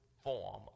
form